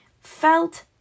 felt